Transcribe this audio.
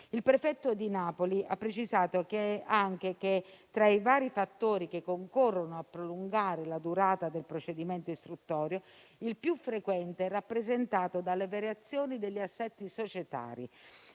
Il prefetto di Napoli ha precisato anche che tra i vari fattori che concorrono a prolungare la durata del procedimento istruttorio, il più frequente è rappresentato dalle variazioni degli assetti societari